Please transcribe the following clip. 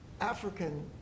African